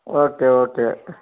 okay okay